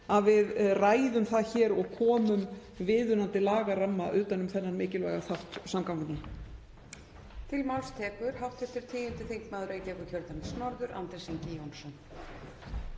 að við ræðum það hér og komum viðunandi lagaramma utan um þennan mikilvæga þátt samgangna.